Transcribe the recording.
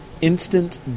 instant